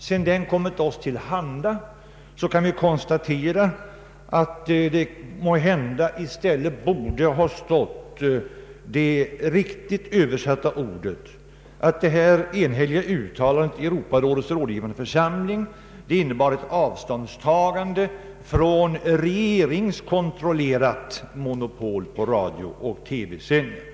Sedan den kommit oss till handa kan vi konstatera att det kanske med riktigare översättning borde ha stått att det enhälliga uttalandet i Europarådets rådgivande församling innebar ett avståndstagande från regeringskontrollerat monopol på radiooch TV-sändningar.